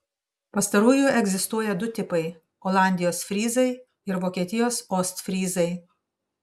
pastarųjų egzistuoja du tipai olandijos fryzai ir vokietijos ostfryzai